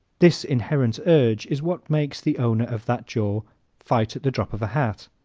this inherent urge is what makes the owner of that jaw fight at the drop of the hat,